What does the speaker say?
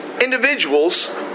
individuals